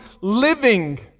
living